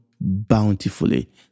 bountifully